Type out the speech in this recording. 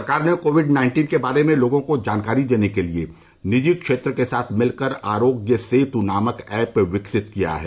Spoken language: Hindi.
सरकार ने कोविड नाइन्टीन के बारे में लोगों को जानकारी देने के लिये निजी क्षेत्र के साथ मिलकर आरोग्य सेतु नामक ऐप विकसित किया है